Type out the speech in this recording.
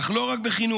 אך לא רק בחינוך,